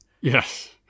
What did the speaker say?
yes